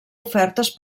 ofertes